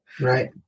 Right